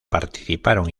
participaron